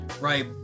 Right